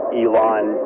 elon